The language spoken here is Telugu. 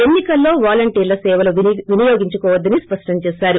ఎన్ని కల్లో వాలంటీర్ల సేవలు వినియోగించుకోవద్దని స్పష్టం చేశారు